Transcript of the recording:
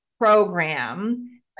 program